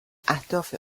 اهداف